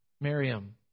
Miriam